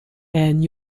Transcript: and